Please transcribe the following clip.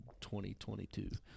2022